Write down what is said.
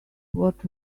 what